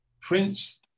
Prince